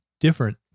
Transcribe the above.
different